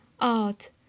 art